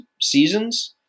seasons